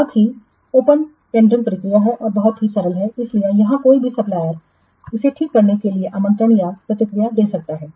बहुत सरल open tendering प्रक्रिया है इसलिए यहां कोई भी सप्लायरनिविदा ठीक करने के लिए आमंत्रण पर प्रतिक्रिया दे सकता है